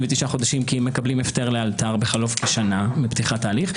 ותשעה חודשים כי הם מקבלים הפטר לאלתר בחלוף שנה מפתיחת ההליך.